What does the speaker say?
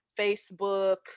Facebook